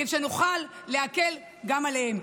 כדי שנוכל להקל גם עליהם.